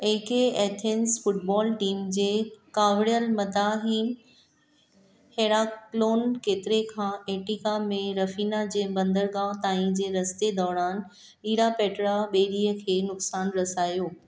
एके Athens football team जे कावड़ियलु मदाहिन हैरक्लोन केतिरे खां एटिका में रफीना जे बंदरगाओं ताईं जे रस्ते दौरान इरापेट्रा ॿेड़ीअ खे नुक़सान रसायो